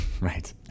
Right